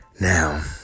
Now